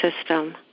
system